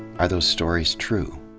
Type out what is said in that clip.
are those stories true?